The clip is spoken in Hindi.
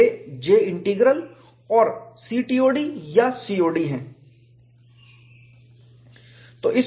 वे J इंटीग्रल और CTOD या COD हैं